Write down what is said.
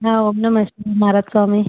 हा ओम नम शिवाय महाराज स्वामी